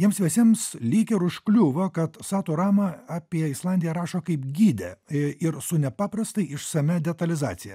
jiems visiems lyg ir užkliūvo kad satu rama apie islandiją rašo kaip gidė ir su nepaprastai išsamia detalizacija